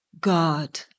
God